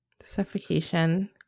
Suffocation